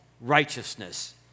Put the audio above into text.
righteousness